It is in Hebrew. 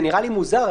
זה נראה לי מוזר.